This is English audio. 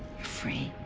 free.